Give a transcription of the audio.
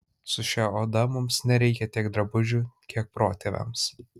su šia oda mums nereikia tiek drabužių kiek protėviams